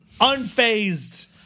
unfazed